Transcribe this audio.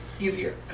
easier